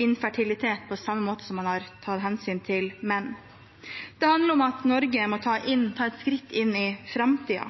infertilitet på samme måte som man har tatt hensyn til menns infertilitet. Det handler om at Norge må ta et skritt inn i framtiden.